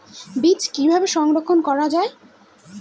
বীজ কিভাবে সংরক্ষণ করা যায়?